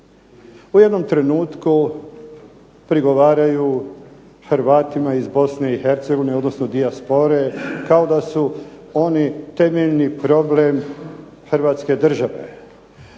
U jednom trenutku prigovaraju Hrvatima iz Bosne i Hercegovine, odnosno dijaspore, kao da su oni temeljni problem hrvatske države.